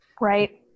Right